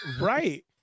Right